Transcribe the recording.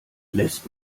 lässt